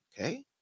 Okay